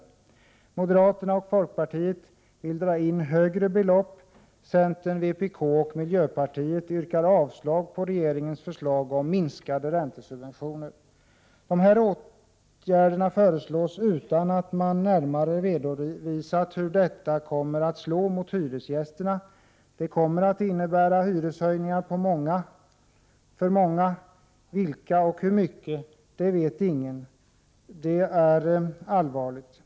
Moderaterna och folkpartiet vill dra in högre belopp. Centern, vpk och miljöpartiet yrkar avslag på regeringens förslag om minskade räntesubventioner. Denna åtgärd föreslås utan att man närmare redovisat hur den kommer att slå mot hyresgästerna. Det kommer att innebära hyreshöjningar för många. För vilka och hur mycket vet ingen. Detta är allvarligt!